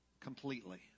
completely